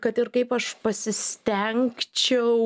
kad ir kaip aš pasistengčiau